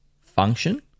function